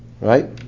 Right